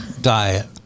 diet